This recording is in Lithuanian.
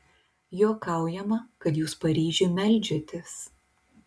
juokaujama kad jūs paryžiui meldžiatės